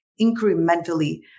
incrementally